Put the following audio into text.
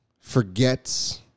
forgets